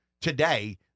today